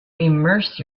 immerse